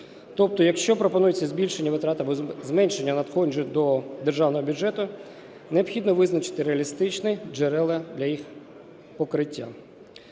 Тобто якщо пропонується збільшення витрат або зменшення надходжень до державного бюджету, необхідно визначити реалістичні джерела для їх покриття.